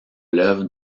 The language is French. l’œuvre